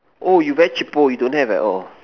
oh you very cheapo you don't have at all